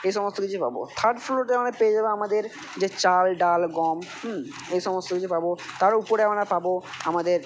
এসমস্ত কিছু পাবো থার্ড ফ্লোরে আমরা পেয়ে যাবো আমাদের যে চাল ডাল গম হুম এই সমস্ত কিছু পাবো তার উপরে আমরা পাবো আমাদের